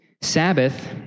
Sabbath